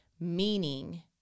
Meaning